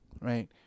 right